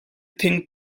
think